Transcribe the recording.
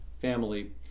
family